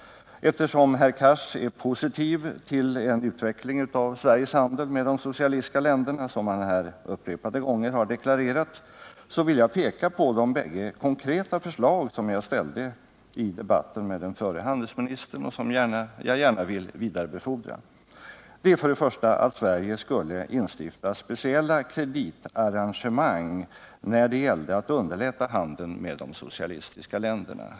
Eftersom herr Cars är positiv till en utveckling av Sveriges handel med de socialistiska länderna, något som han här upprepade gånger har deklarerat, vill jag peka på de båda konkreta förslag som jag ställde i debatten med den förre handelsministern och som jag gärna vill vidarebefordra. Det första var att Sverige skulle instifta speciella kreditarrangemang när det gäller att underlätta handeln med de socialistiska länderna.